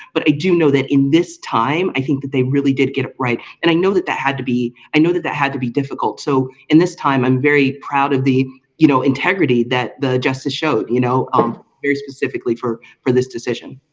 but i do know that in this time i think that they really did get it right and i know that that had to be i know that that had to be difficult so in this time, i'm very proud of the you know integrity that the justice showed, you know, um very specifically for for this decision.